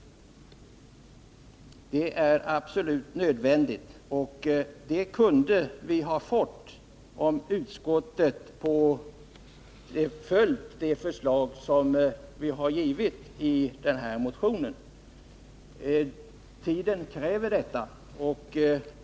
Det är absolut nödvändigt — och det kunde vi ha fått om utskottet hade följt det förslag som vi har lagt fram i motionen. Tiden kräver detta.